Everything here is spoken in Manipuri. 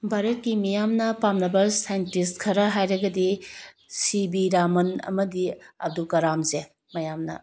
ꯚꯥꯔꯠꯀꯤ ꯃꯤꯌꯥꯝꯅ ꯄꯥꯝꯅꯕ ꯁꯥꯏꯟꯇꯤꯁ ꯈꯔ ꯍꯥꯏꯔꯒꯗꯤ ꯁꯤ ꯕꯤ ꯔꯥꯃꯟ ꯑꯃꯗꯤ ꯑꯕꯗꯨꯜ ꯀꯥꯂꯥꯝꯁꯦ ꯃꯌꯥꯝꯅ